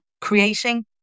Creating